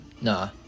Nah